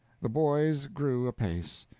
the boys grew apace.